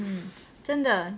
真的